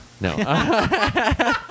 No